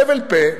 בהבל פה,